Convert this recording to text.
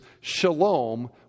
shalom